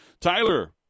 Tyler